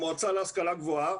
המועצה להשכלה גבוהה,